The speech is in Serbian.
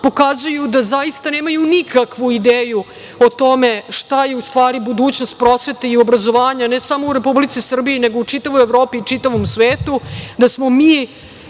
pokazuju da zaista nemaju nikakvu ideju o tome šta je u stvari budućnost prosvete i obrazovanja ne samo u Republici Srbiji, nego i u čitavoj Evropi i čitavom svetu. Mi smo otišli